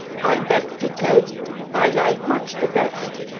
i beg to tell you i like much the best.